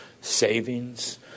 Savings